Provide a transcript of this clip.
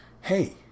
hey